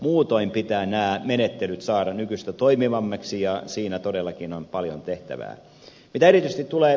muutoin pitää nämä menettelyt saada nykyistä toimivammiksi ja siinä todellakin on paljon tehtävää